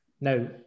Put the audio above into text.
Now